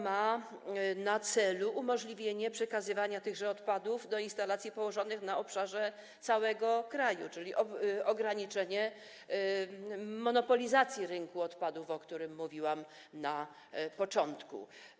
Ma to na celu umożliwienie przekazywania tychże odpadów do instalacji położonych na obszarze całego kraju, czyli ograniczenie monopolizacji rynku odpadów, o której mówiłam na początku.